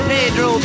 Pedro